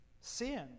Sin